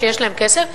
שיש להם כסף.